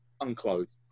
unclothed